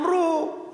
אמרו,